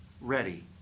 ready